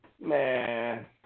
Man